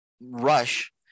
rush